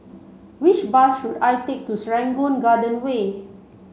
which bus should I take to Serangoon Garden Way